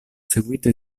eseguito